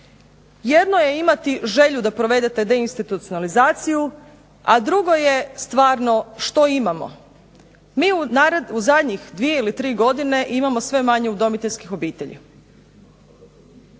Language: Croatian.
jedno je imati želju da provedete deinstitucionalizaciju, a drugo je stvarno što imamo. Mi u zadnjih 2 ili 3 godine imamo sve manje udomiteljskih obitelji.